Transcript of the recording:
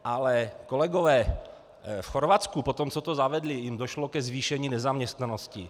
Ale kolegové, v Chorvatsku poté, co to zavedli, jim došlo ke zvýšení nezaměstnanosti.